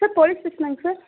sir police ஸ்டேஷனாங்க sir